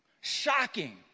Shocking